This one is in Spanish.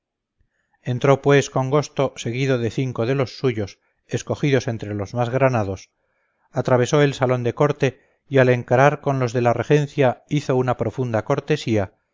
entró pues congosto seguido de cinco de los suyos escogidos entre los más granados atravesó el salón de corte y al encarar con los de la regencia hizo una profunda cortesía